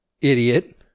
Idiot